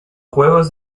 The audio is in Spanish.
juegos